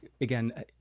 Again